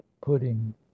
pudding